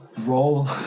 Roll